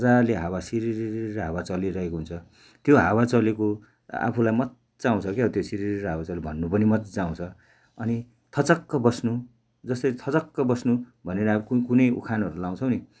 मज्जाले हावा सिरिरिरि हावा चलिरहेको हुन्छ त्यो हावा चलेको आफूलाई मज्जा आउँछ क्या त्यो सिरिरि हावा चलेको भन्नु पनि मज्जा आउँछ अनि थचक्क बस्नु जसरी थचक्क बस्नु भनेर अब कु कुनै उखानहरू लाउँछौँ नि